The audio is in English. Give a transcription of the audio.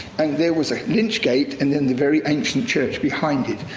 and there was a lychgate, and then the very ancient church behind it.